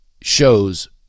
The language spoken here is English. shows